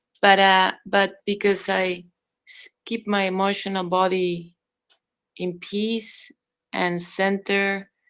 but. but because i so keep my emotional body in peace and center,